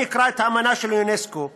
אני אקרא את האמנה של אונסק"ו